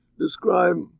describe